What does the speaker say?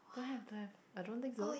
don't have don't have I don't think so